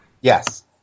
Yes